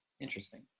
interesting